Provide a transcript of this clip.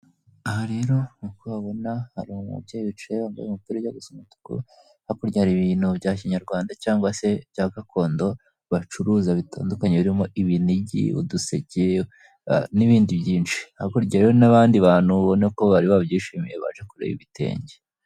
Aha rero nkuko babona hari umubyeyi bicaye wambaye umupira ujya gusa umutuku, hakurya hari ibintu bya Kinyarwanda cyangwa se bya gakondo, bacuruza bitandukanye birimo ibinigi, uduseke, n'ibindi byinshi. Hakurya rero n'abandi bantu ubona ko bari babyishimiye baje kureba ibitenge.